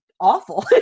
awful